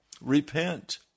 repent